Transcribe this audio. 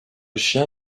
chien